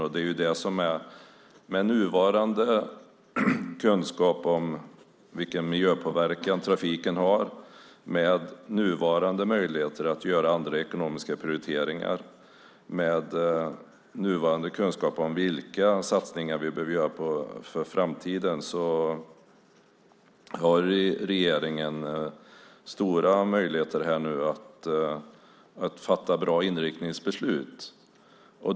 Med nuvarande kunskap om vilken miljöpåverkan trafiken har, med nuvarande möjligheter att göra andra ekonomiska prioriteringar och med nuvarande kunskap om vilka satsningar vi behöver göra för framtiden har regeringen stora möjligheter att fatta bra inriktningsbeslut.